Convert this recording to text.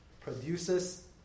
produces